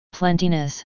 plentiness